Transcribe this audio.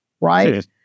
right